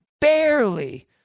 barely